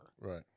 Right